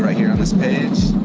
here on this page.